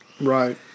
Right